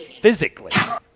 physically